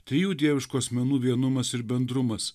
trijų dieviškų asmenų vienumas ir bendrumas